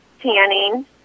tanning